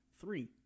three